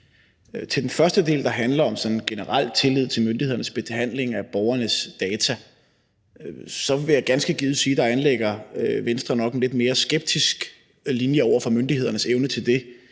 Til den første del, der sådan handler om sådan generel tillid til myndighederne behandling af borgernes data, så vil jeg sige, at der anlægger Venstre ganske givet nok en lidt mere skeptisk linje over for myndighedernes evne til det,